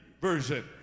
version